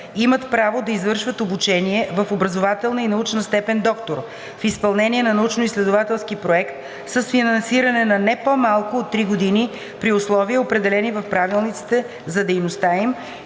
имат право да извършват обучение в образователна и научна степен „доктор“ в изпълнение на научноизследователски проект с финансиране за не по-малко от три години при условия, определени в правилниците за дейността им